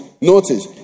Notice